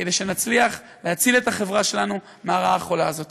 כדי שנצליח להציל את החברה שלנו מהרעה החולה הזאת.